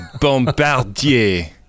Bombardier